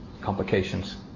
complications